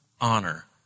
honor